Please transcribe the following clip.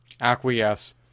acquiesce